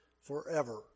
forever